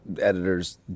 editors